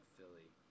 Philly